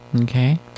Okay